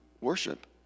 worship